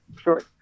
sure